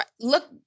Look